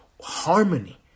harmony